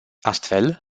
astfel